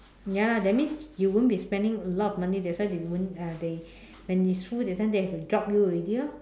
ya lah that means you won't be spending a lot of money that's why won't uh they when it's full that time they have to drop you already orh